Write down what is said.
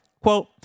Quote